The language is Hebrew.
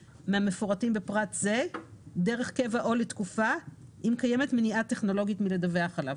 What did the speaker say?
מהמפורטים בפרט זה דרך קבע או לתקופה אם קיימת מניעה טכנולוגית מלדווח עליו.